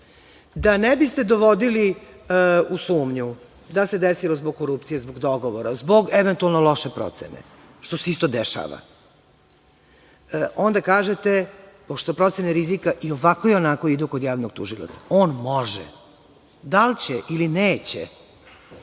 ne. Da ne biste dovodili u sumnju da se desilo zbog korupcije, zbog dogovora, zbog eventualno loše procene, što se isto dešava, onda kažete, pošto procene rizika i ovako i onako idu kod javnog tužioca on može, da li će ili neće,